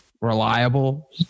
Reliable